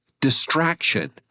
distraction